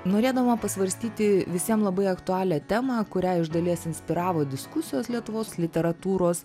norėdama pasvarstyti visiem labai aktualią temą kurią iš dalies inspiravo diskusijos lietuvos literatūros